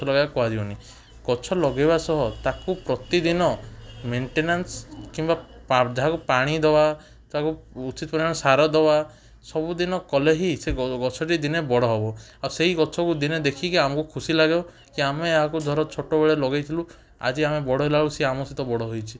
ଗଛ ଲଗାଇବା କୁହାଯିବନି ଗଛ ଲଗାଇବା ସହ ତାକୁ ପ୍ରତିଦିନ ମେଣ୍ଟନାସ୍ କିମ୍ବା ତାକୁ ପାଣି ଦବା ତାକୁ ଉଚିତ୍ ପରିମାଣରେ ସାର ଦବା ସବୁଦିନ କଲେ ହିଁ ସେ ଗଛଟି ଦିନେ ବଡ଼ ହବ ଆଉ ସେଇ ଗଛକୁ ଦିନେ ଦେଖିକି ଆମକୁ ଖୁସି ଲାଗିବ କି ଏହାକୁ ଧର ଛୋଟବେଳେ ଲଗାଇଥିଲୁ ଆଜି ଆମେ ବଡ଼ ହେଲାବେଳକୁ ସିଏ ଆମ ସହିତ ବଡ଼ ହୋଇଛି